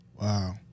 Wow